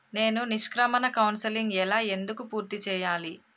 నేను నిష్క్రమణ కౌన్సెలింగ్ ఎలా ఎందుకు పూర్తి చేయాలి?